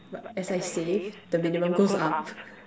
but as I save the minimum goes up